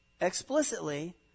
explicitly